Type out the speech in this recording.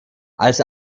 als